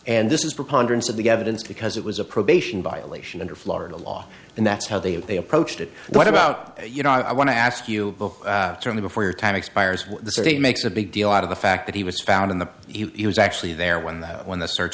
and this is preponderance of the evidence because it was a probation violation under florida law and that's how they they approached it and what about you know i want to ask you tell me before your time expires what makes a big deal out of the fact that he was found in the actually there when the when the search